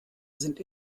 sind